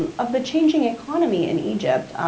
and of the changing economy in egypt,